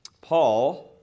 Paul